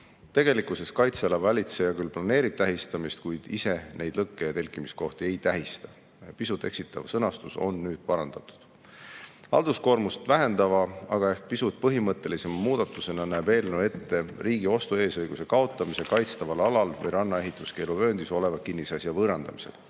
Tegelikkuses kaitseala valitseja küll planeerib tähistamist, kuid ise neid lõkke- ja telkimiskohti ei tähista. Pisut eksitav sõnastus on nüüd parandatud. Halduskoormust vähendava, aga ehk pisut põhimõttelisema muudatusena näeb eelnõu ette riigi ostueesõiguse kaotamise kaitstaval alal või ranna ehituskeeluvööndis oleva kinnisasja võõrandamisel.